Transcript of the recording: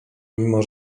mimo